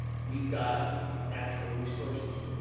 we've got natural resources.